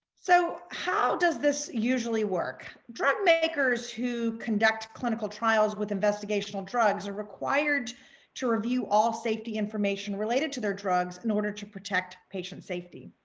so how does this usually work drug makers who conduct clinical trials with investigational drugs are required to review all safety information related to their drugs in order to protect patient safety.